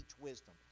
wisdom